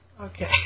Okay